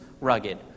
rugged